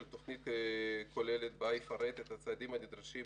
תוכנית כוללת שבה יפרט את הצעדים הנדרשים,